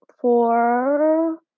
four